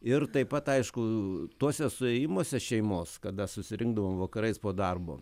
ir taip pat aišku tuose suėjimuose šeimos kada susirinkdavom vakarais po darbo